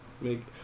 make